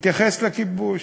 התייחס לכיבוש,